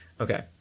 Okay